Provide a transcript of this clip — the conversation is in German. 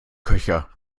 köcher